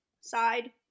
side